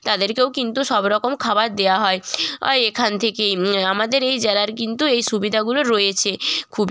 তাদেরকেও কিন্তু সব রকম খাবার দেওয়া হয় হয় এখান থেকেই আমাদের এই জেলার কিন্তু এই সুবিধাগুলো রয়েছে খুব